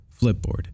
Flipboard